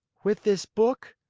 with this book,